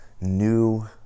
new